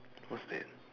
what's that